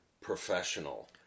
professional